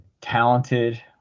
talented